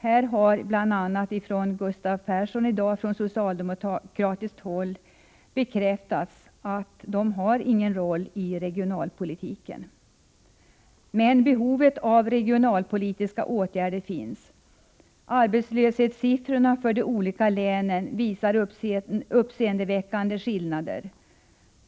Från socialdemokratiskt håll har Gustav Persson i dag bekräftat att löntagarfonderna inte har någon roll i regionalpolitiken. Men behovet av regionalpolitiska åtgärder finns. Arbetslöshetssiffrorna för de olika länen visar uppseendeväckande skillnader.